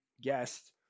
guest